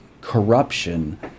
corruption